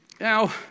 now